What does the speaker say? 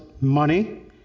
money